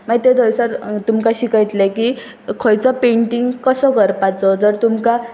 मागीर तें थंयसर तुमकां शिकयतलें की खंयचो पेंटींग कसो करपाचो जर तुमकां